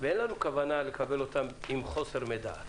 ואין לנו כוונה לקבל אותן עם חוסר מידע.